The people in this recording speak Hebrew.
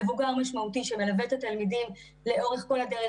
מבוגר משמעותי שמלווה את התלמידים לאורך כל הדרך,